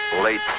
late